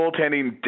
goaltending